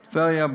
טבריה,